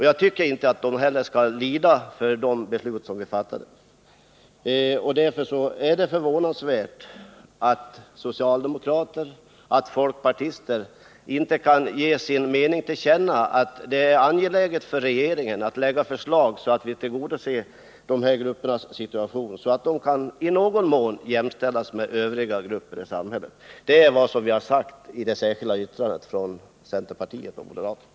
Jag tycker inte heller att de skall lida för de beslut som riksdagen fattade. Därför finner jag det förvånande att socialdemokrater och folkpartister inte kan ge sin mening till känna, att det är angeläget för regeringen att lägga fram förslag, så att vi tillgodoser de här gruppernas situation och ser till att de i någon mån kan jämställas med övriga grupper i samhället. Det är vad vi har sagt i det särskilda yttrandet från centerpartiet och moderaterna.